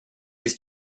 his